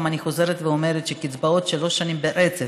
אני חוזרת ואומרת שהקצבאות עולות שלוש שנים ברצף,